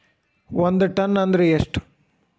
ಒಂದ್ ಟನ್ ಅಂದ್ರ ಎಷ್ಟ?